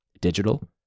digital